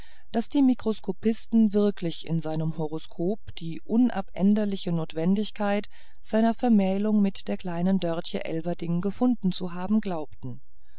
daß die mikroskopisten wirklich in seinem horoskop die unabänderliche notwendigkeit seiner vermählung mit der kleinen dörtje elverdink gefunden zu haben glaubten